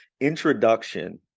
introduction